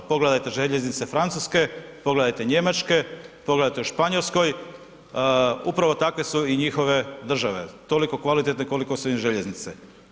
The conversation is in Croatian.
Pogledajte željeznice Francuske, pogledajte Njemačke, pogledajte u Španjolskoj upravo takve su i njihove države, toliko kvalitetne koliko su im željeznice.